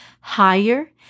higher